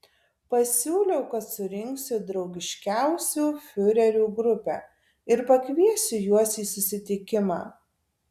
pasiūliau kad surinksiu draugiškiausių fiurerių grupę ir pakviesiu juos į susitikimą